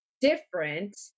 different